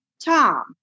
Tom